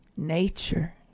nature